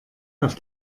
auf